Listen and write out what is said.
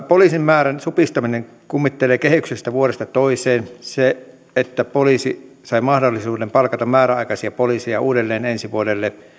poliisien määrän supistaminen kummittelee kehyksessä vuodesta toiseen se että poliisi sai mahdollisuuden palkata määräaikaisia poliiseja uudelleen ensi vuodelle